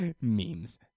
Memes